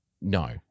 no